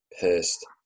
pissed